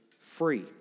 free